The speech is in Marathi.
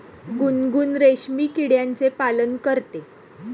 गुनगुन रेशीम किड्याचे पालन करते